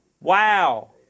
Wow